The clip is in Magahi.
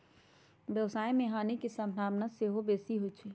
व्यवसाय में हानि के संभावना सेहो बेशी होइ छइ